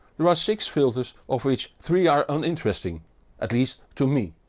there are six filters of which three are uninteresting at least to me.